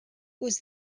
was